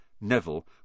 Neville